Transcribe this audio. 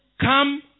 come